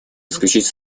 исключить